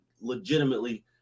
legitimately